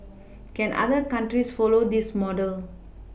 can other countries follow this model